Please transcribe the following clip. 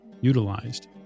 utilized